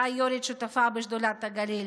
שהייתה יו"רית שותפה בשדולת הגליל.